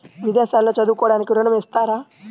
విదేశాల్లో చదువుకోవడానికి ఋణం ఇస్తారా?